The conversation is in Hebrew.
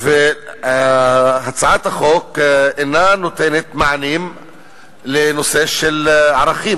הצעת החוק אינה נותנת מענים לנושא של ערכים.